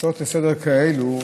בהצעות לסדר-היום כאלה,